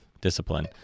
discipline